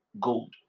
gold